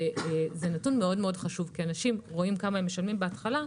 זה נתון מאוד חשוב כי אנשים רואים כמה הם משלמים בהתחלה.